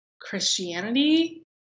Christianity